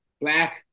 black